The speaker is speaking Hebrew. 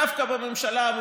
דווקא בממשלה הזאת,